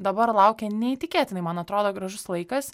dabar laukia neįtikėtinai man atrodo gražus laikas